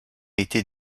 été